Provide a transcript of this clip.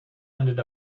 ended